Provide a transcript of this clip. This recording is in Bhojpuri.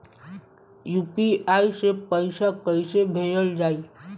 यू.पी.आई से पैसा कइसे भेजल जाई?